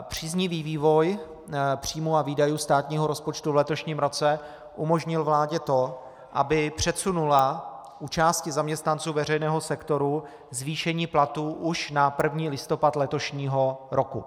Příznivý vývoj příjmů a výdajů státního rozpočtu v letošním roce umožnil vládě to, aby předsunula u části zaměstnanců veřejného sektoru zvýšení platů už na 1. listopad letošního roku.